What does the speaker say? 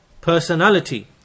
personality